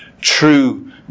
true